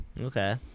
Okay